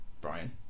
Brian